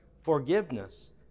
forgiveness